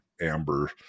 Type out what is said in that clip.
Amber